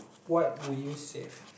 what would you save